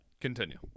Continue